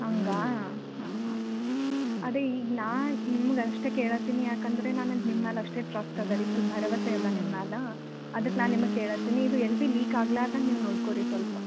ಹಾಗಾ ಹಾಂ ಹಾಂ ಅದೇ ಈಗ ನಾನು ನಿಮ್ಗೆ ಅಷ್ಟೇ ಕೇಳುತ್ತೀನಿ ಏಕಂದ್ರೆ ನನಗೆ ನಿಮ್ಮ ಮೇಲೆ ಅಷ್ಟೇ ಟ್ರಸ್ಟ್ ಇದೆ ರೀ ಸ್ವಲ್ಪ ಭರವಸೆ ಇದೆ ನಿಮ್ಮ ಮ್ಯಾಲೆ ಅದಕ್ಕೆ ನಾನು ನಿಮಗೆ ಕೇಳುತ್ತೀನಿ ಇದು ಎಲ್ಲೂ ಬಿ ಲೀಕ್ ಆಗ್ಲಾರ್ದಂಗೆ ನೀವು ನೋಡ್ಕೋಳ್ರೀ ಸ್ವಲ್ಪ